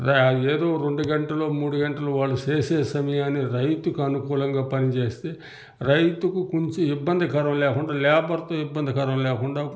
ఏదో రెండు గంటలో మూడు గంటలో వాళ్ళు చేసే సమయాన్ని రైతుకు అనుకూలంగా పనిచేస్తే రైతుకు కొంచెం ఇబ్బందికరం లేకుండా లేబర్తో ఇబ్బందికరం లేకుండా